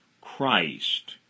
Christ